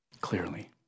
clearly